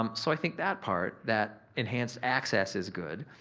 um so, i think that part, that enhanced access, is good.